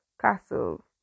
castle